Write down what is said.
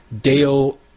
Dale